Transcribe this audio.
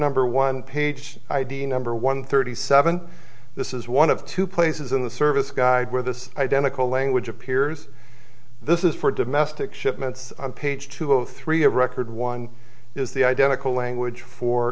number one page id number one thirty seven this is one of two places in the service guide where this identical language appears this is for domestic shipments on page two zero three a record one is the identical language for